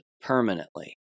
permanently